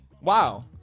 Wow